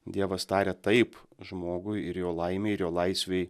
dievas taria taip žmogui ir jo laimei ir jo laisvei